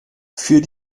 für